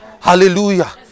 Hallelujah